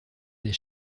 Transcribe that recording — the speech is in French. des